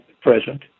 present